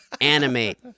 Animate